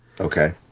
okay